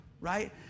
right